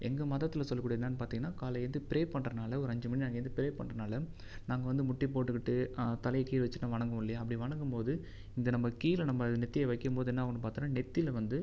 எங்கள் மதத்தில் சொல்லக்கூடிய என்னனு பார்த்திங்கன்னா காலையில எழுந்து பிரே பண்ணுறதுனால ஒரு அஞ்சு மணி எழுந்து பிரே பண்ணுறதுனால நாங்கள் வந்து முட்டி போட்டுகிட்டு தலையை கீழே வச்சுக்கிட்டு வணங்குவோம் இல்லையா அப்படி வணங்கும் போது இந்த நம்ப கீழே நம்ப நெத்தியை வைக்கும் போது என்ன ஆகும்னு பார்த்தோனா நெற்றியில வந்து